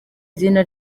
izina